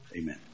Amen